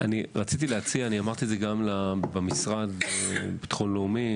רציתי להציע ואמרתי את זה במשרד לביטחון לאומי,